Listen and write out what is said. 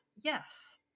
yes